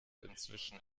inzwischen